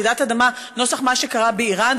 רעידת אדמה נוסח מה שקרה באיראן,